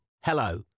Hello